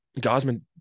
Gosman